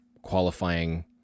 qualifying